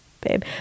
babe